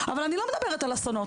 אבל אני לא מדברת על אסונות,